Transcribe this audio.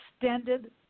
extended